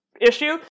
issue